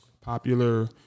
popular